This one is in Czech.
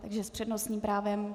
Takže s přednostním právem.